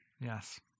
Yes